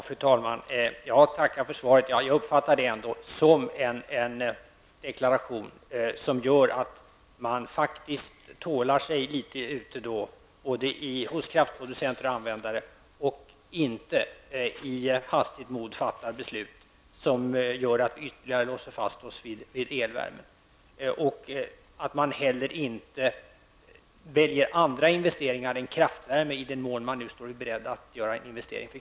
Fru talman! Jag tackar för svaret! Jag uppfattade det ändå som en deklaration som gör att man faktiskt ger sig till tåls hos kraftproducenter och användare och inte i hastigt mod fattar beslut som gör att vi ytterligare låser fast oss vid elvärme eller att man väljer andra investeringar än i kraftvärme.